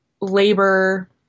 labor